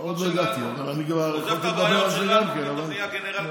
עוזב את הבעיות שלנו, פתאום נהיה גנרל גדול.